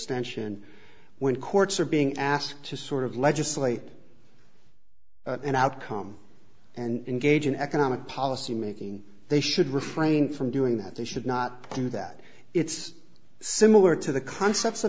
abstention when courts are being asked to sort of legislate and outcome and gauging economic policy making they should refrain from doing that they should not do that it's similar to the concept